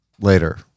later